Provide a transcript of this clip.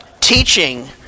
Teaching